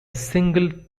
single